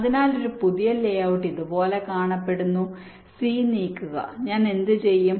അതിനാൽ പുതിയ layout ഇതുപോലെ കാണപ്പെടുന്നു സി നീക്കുക ഞാൻ എന്തുചെയ്യും